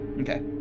Okay